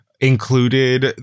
included